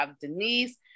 Denise